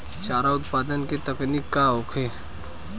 चारा उत्पादन के तकनीक का होखे?